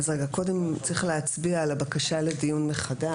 קודם צריך להצביע על הבקשה לדיון מחדש.